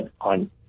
on